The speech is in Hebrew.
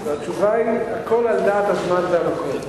והתשובה היא, הכול על דעת הזמן והמקום.